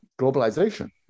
globalization